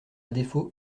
défaut